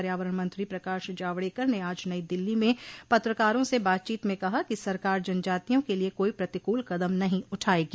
पर्यावरण मंत्री प्रकाश जावड़ेकर ने आज नई दिल्ली में पत्रकारों से बातचीत में कहा कि सरकार जनजातियों के लिए कोई प्रतिकूल कदम नहीं उठाएगी